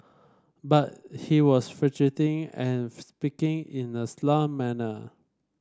but he was fidgeting and speaking in a slurred manner